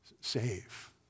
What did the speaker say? save